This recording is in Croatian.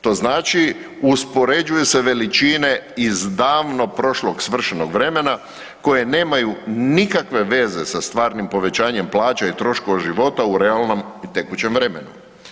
To znači uspoređuje se veličine iz davno prošlog svršenog vremena koje nemaju nikakve veze sa stvarnim povećanjem plaća i troškova života u realnom i tekućem vremenu.